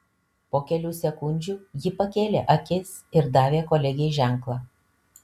po kelių sekundžių ji pakėlė akis ir davė kolegei ženklą